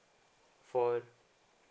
for